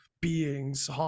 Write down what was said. beings